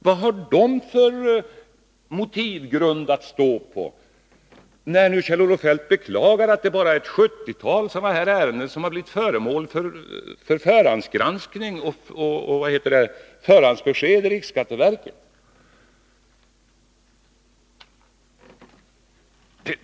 Vad har de för motivgrund att stå på, när nu Kjell-Olof Feldt beklagar att bara ett sjuttiotal ärenden blivit föremål för förhandsgranskning i riksskatteverket.